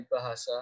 Bahasa